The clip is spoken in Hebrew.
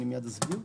ומייד אסביר,